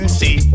see